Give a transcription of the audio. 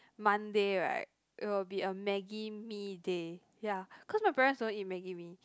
Monday right it will be a maggie-mee day ya cause my parents don't eat maggie-mee